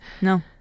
No